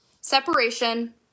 Separation